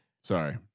Sorry